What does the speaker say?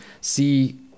see